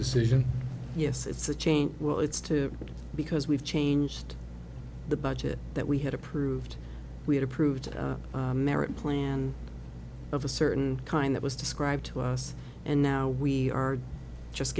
decision yes it's a chain well it's to because we've changed the budget that we had approved we had approved merit plan of a certain kind that was described to us and now we are just